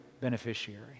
beneficiary